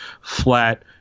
flat